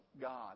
God